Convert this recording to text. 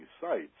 sites